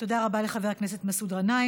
תודה רבה לחבר הכנסת מסעוד גנאים.